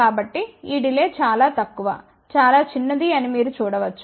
కాబట్టి ఈ డిలే చాలా తక్కువ చాలా చిన్నది అని మీరు చూడవచ్చు